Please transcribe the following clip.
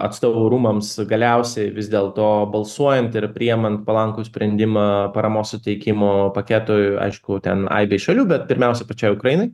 atstovų rūmams galiausiai vis dėlto balsuojant ir priemant palankų sprendimą paramos suteikimo paketui aišku ten aibei šalių bet pirmiausia pačiai ukrainai